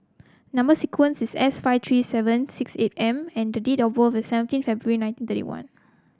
number sequence is S five three seven six eight M and the date of birth is seventeen February nineteen thirty one